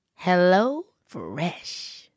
HelloFresh